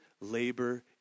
labor